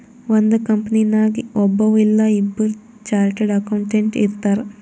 ಒಂದ್ ಕಂಪನಿನಾಗ್ ಒಬ್ಬವ್ ಇಲ್ಲಾ ಇಬ್ಬುರ್ ಚಾರ್ಟೆಡ್ ಅಕೌಂಟೆಂಟ್ ಇರ್ತಾರ್